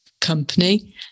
company